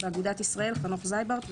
באגודת ישראל יהיה חנוך חנוך זייברט,